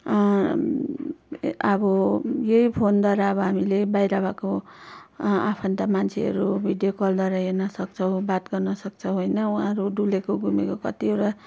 अब यही फोनद्वारा अब हामीले बाहिर भएको आफन्त मान्छेहरू भिडियो कलद्वारा हेर्न सक्छौँ बात गर्न सक्छौँ होइन उहाँहरू डुलेको घुमेको कतिवटा